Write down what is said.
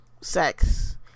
sex